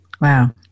Wow